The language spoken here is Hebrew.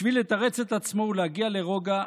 בשביל לתרץ את עצמו ולהגיע לרוגע,